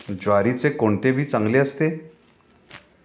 ज्वारीचे कोणते बी चांगले असते?